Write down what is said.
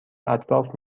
اطراف